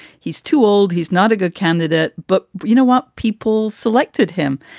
he's too old. he's not a good candidate. but you know what? people selected him.